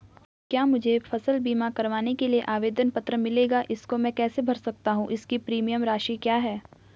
क्या मुझे फसल बीमा करवाने के लिए आवेदन पत्र मिलेगा इसको मैं कैसे भर सकता हूँ इसकी प्रीमियम राशि क्या है?